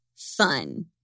fun